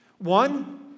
One